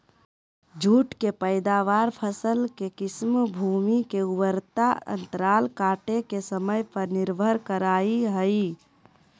जुट के पैदावार, फसल के किस्म, भूमि के उर्वरता अंतराल काटे के समय पर निर्भर करई हई